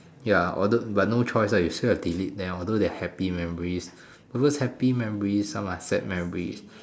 ya although but no choice ah you still have to delete them although they are happy memories all those happy memories some are sad memories